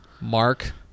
Mark